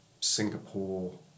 singapore